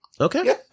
Okay